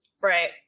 right